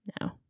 No